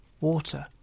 water